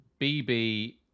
BB